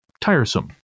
tiresome